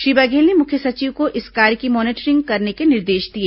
श्री बघेल ने मुख्य सचिव को इस कार्य की मॉनिटरिंग करने के निर्देश दिए